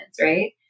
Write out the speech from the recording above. Right